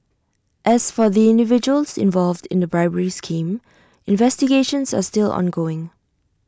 as for the individuals involved in the bribery scheme investigations are still ongoing